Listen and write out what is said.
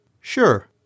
Sure